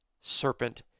serpent